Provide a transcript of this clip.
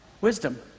Wisdom